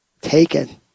taken